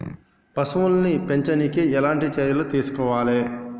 పశువుల్ని పెంచనీకి ఎట్లాంటి చర్యలు తీసుకోవాలే?